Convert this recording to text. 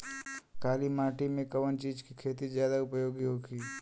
काली माटी में कवन चीज़ के खेती ज्यादा उपयोगी होयी?